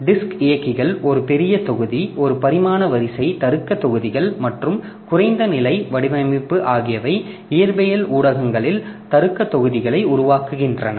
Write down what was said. எனவே டிஸ்க் இயக்கிகள் ஒரு பெரிய தொகுதி ஒரு பரிமாண வரிசை தருக்க தொகுதிகள் மற்றும் குறைந்த நிலை வடிவமைப்பு ஆகியவை இயற்பியல் ஊடகங்களில் தருக்க தொகுதிகளை உருவாக்குகின்றன